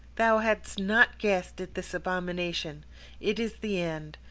thou hadst not guessed at this abomination it is the end.